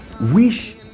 wish